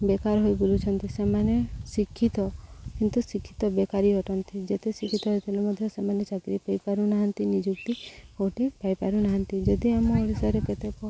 ବେକାର ହୋଇ ବୁଲୁଛନ୍ତି ସେମାନେ ଶିକ୍ଷିତ କିନ୍ତୁ ଶିକ୍ଷିତ ବେକାରୀ ଅଟନ୍ତି ଯେତେ ଶିକ୍ଷିତ ହେଇଥିଲେ ମଧ୍ୟ ସେମାନେ ଚାକିରି ପାଇପାରୁନାହାନ୍ତି ନିଯୁକ୍ତି କେଉଁଠି ପାଇପାରୁନାହାନ୍ତି ଯଦି ଆମ ଓଡ଼ିଶାରେ କେତେକ